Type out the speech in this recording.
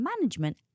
management